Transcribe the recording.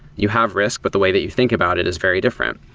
you have risk, but the way that you think about it is very different.